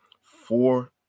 four